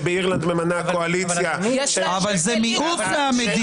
שבאירלנד ממנה הקואליציה --- אבל זה מיעוט מהמדינות.